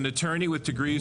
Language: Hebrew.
לעונג לי להציג את עודד פורר,